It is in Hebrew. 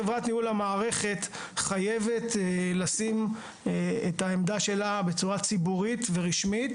חברת ניהול המערכת חייבת לשים את העמדה שלה בצורה ציבורית ורשמית,